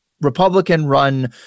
Republican-run